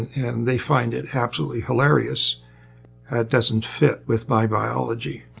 and they find it absolutely hilarious, that doesn't fit with my biology.